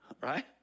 Right